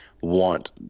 want